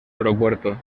aeropuerto